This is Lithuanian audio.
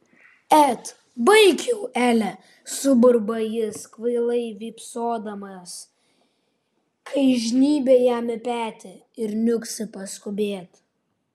et baik jau ele suburba jis kvailai vypsodamas kai žnybia jam į petį ir niuksi paskubėti